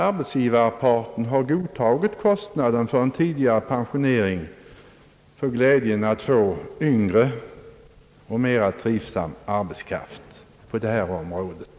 Arbetsgivarparten har godtagit kostnaden för en tidigare pensionering för glädjen att få yngre och mera trivsam arbetskraft på detta område.